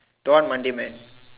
don't Monday man